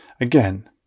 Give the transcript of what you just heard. Again